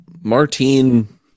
Martine